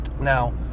Now